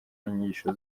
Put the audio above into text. n’inyigisho